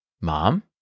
mom